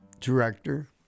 director